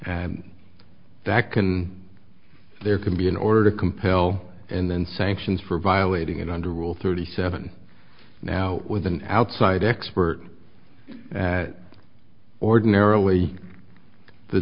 and that can there can be an order to compel and then sanctions for violating it under rule thirty seven now with an outside expert ordinarily the